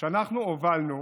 כשאנחנו הובלנו